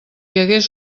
hagués